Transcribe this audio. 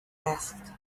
asked